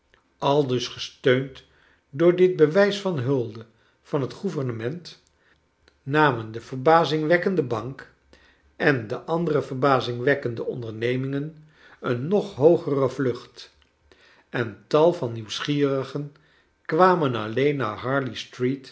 aldus gesteund door dit bewijs van hulde van het gouvernement namen de verbazingwekkende batilc en de andere verbazingwekkende oildernemingen een nog hoogere vluoht en tal van nieuwsgierigen kwamen al leen naar harley street